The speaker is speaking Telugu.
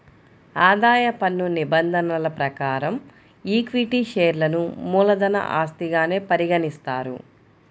ఆదాయ పన్ను నిబంధనల ప్రకారం ఈక్విటీ షేర్లను మూలధన ఆస్తిగానే పరిగణిస్తారు